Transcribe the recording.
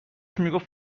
میگفت